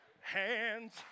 Hands